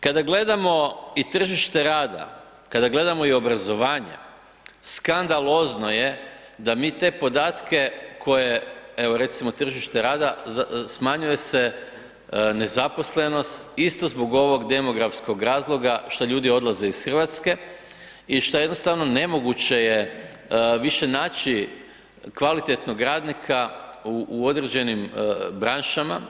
Kada gledamo i tržište rada, kada gledamo i obrazovanje, skandalozno je da mi te podatke koje evo recimo tržište rada smanjuje se nezaposlenost isto zbog ovog demografskog razloga što ljudi odlaze iz Hrvatske i što je jednostavno nemoguće više naći kvalitetnog radnika u određenim branšama.